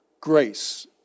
Grace